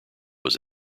was